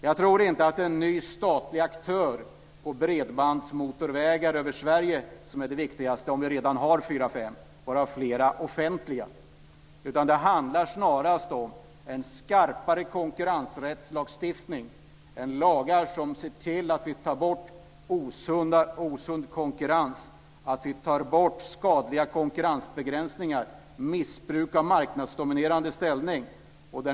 Jag tror inte att en ny statlig aktör på bredbandsmotorvägar över Sverige är det viktigaste när vi redan har fyra fem sådana, varav flera offentliga. Det handlar snarare om en skarpare konkurrensrättslagstiftning, lagar som ser till att vi tar bort osund konkurrens, skadliga konkurrensbegränsningar och missbruk av marknadsdominerande ställning.